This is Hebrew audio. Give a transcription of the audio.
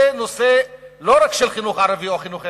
זה לא רק נושא של חינוך ערבי או חינוך עברי,